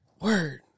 Word